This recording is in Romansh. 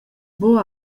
buc